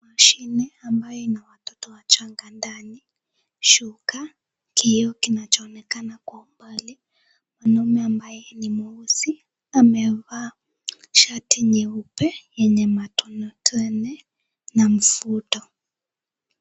Mashine ambayo ina watoto wachanga ndani, shuka, kioo kinacho onekana kwa umbali. Mwanaume ambaye ni mweusi amevaa shati nyeupe yenye matone tone na mfuto.